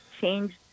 change